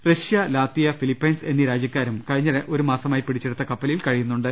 Russia Latvia Philippines എന്നീ രാജ്യക്കാരും കഴിഞ്ഞ ഒരു മാസമായി പിടിച്ചെടുത്ത കപ്പലിൽ കഴിയുന്നുണ്ട്